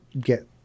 get